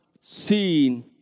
seen